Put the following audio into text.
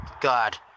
God